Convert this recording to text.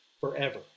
forever